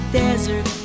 desert